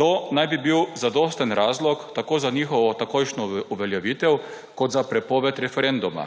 To naj bi bil zadosten razlog tako za njihovo takojšnjo uveljavitev kot za prepoved referenduma,